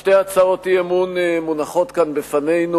שתי הצעות אי-אמון מונחות כאן בפנינו,